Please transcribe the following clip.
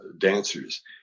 dancers